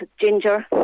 ginger